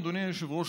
אדוני היושב-ראש,